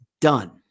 done